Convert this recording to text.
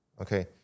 Okay